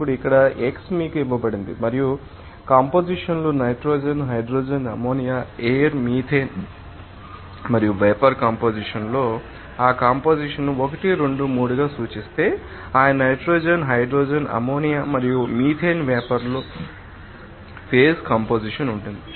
ఇప్పుడు ఇక్కడ x మీకు ఇవ్వబడింది మరియు కంపొజిషన్ లు nitrogen hydrogen ammonia air methane మరియు వేపర్ కంపొజిషన్ లో ఆ కంపొజిషన్ ను 1 2 3 గా సూచిస్తే ఆ నైట్రోజన్ హైడ్రోజన్ అమ్మోనియా మరియు మీథేన్ వేపర్ లో ఫేజ్ కంపొజిషన్ ఉంటుంది